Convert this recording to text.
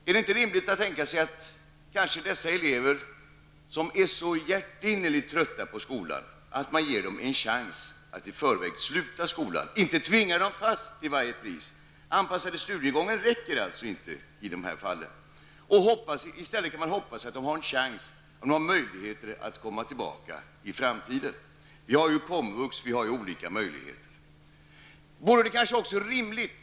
Är det inte rimligt att tänka sig att ge dessa elever som är så hjärtinnerligt trötta på skolan en chans att sluta skolan i förväg och inte tvinga dem fast till varje pris? Anpassad studiegång räcker inte i det här fallen. Man kan i stället hoppas att de får chanser och möjligheter att komma tillbaka i framtiden. Vi har ju komvux och andra möjligheter.